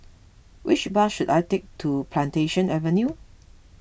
which bus should I take to Plantation Avenue